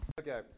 Okay